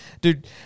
Dude